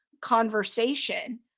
conversation